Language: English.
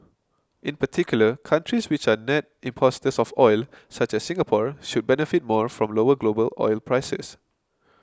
in particular countries which are net importers of oil such as Singapore should benefit more from lower global oil prices